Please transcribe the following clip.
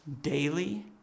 daily